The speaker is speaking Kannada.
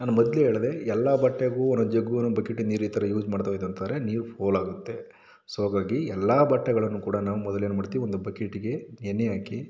ನಾನು ಮೊದಲೇ ಹೇಳಿದೆ ಎಲ್ಲ ಬಟ್ಟೆಗೂ ಒಂದೊಂದು ಜಗ್ಗು ಒಂದೊಂದು ಬಕೆಟ್ ನೀರು ಈ ಥರ ಯೂಸ್ ಮಾಡ್ತಾ ಹೋಗ್ತಾ ಅಂತ ಅಂದ್ರೆ ನೀರು ಪೋಲಾಗುತ್ತೆ ಸೊ ಹಾಗಾಗಿ ಎಲ್ಲ ಬಟ್ಟೆಗಳನ್ನೂ ಕೂಡ ನಾವು ಮೊದಲು ಏನು ಮಾಡ್ತೀವಿ ಒಂದು ಬಕೆಟ್ಗೆ ನೆನೆ ಹಾಕಿ